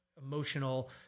emotional